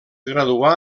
graduà